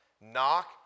Knock